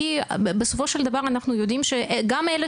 כי בסופו של דבר אנחנו יודעים שגם אלה